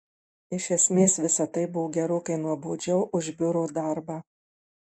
iš esmės visa tai buvo gerokai nuobodžiau už biuro darbą